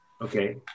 Okay